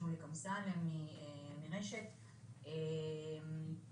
שמוליק אמסלם מרשות שדות התעופה,